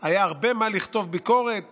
היה הרבה מה לכתוב כביקורת